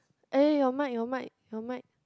eh your mic your mic your mic